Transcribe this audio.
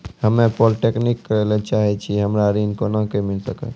हम्मे पॉलीटेक्निक करे ला चाहे छी हमरा ऋण कोना के मिल सकत?